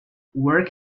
work